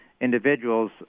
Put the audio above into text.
individuals